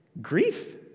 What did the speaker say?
grief